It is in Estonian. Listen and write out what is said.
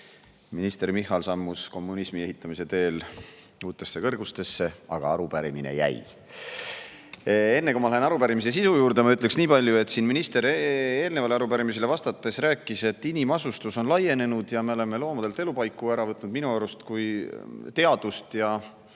Minister Michal sammus kommunismi ehitamise teel uutesse kõrgustesse, aga arupärimine jäi. Enne, kui ma lähen arupärimise sisu juurde, ma ütlen nii palju, et minister rääkis eelnevale arupärimisele vastates, et inimasustus on laienenud ja me oleme loomadelt elupaiku ära võtnud. Minu arust, kui teadust ja